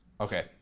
Okay